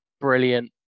brilliant